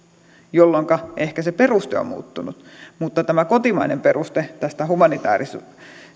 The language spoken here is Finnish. jolloinka ehkä se peruste on muuttunut mutta tämä kotimainen peruste tästä humanitäärisestä